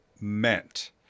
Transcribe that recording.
meant